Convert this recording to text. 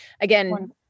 Again